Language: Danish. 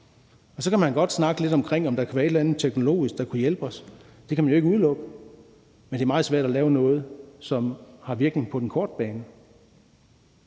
Så kan man godt snakke lidt om, om der kunne være et eller andet teknologisk, der kunne hjælpe os; det kan man jo ikke udelukke, men det er meget svært at lave noget, som har virkning på den korte bane.